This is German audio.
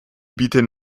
bieten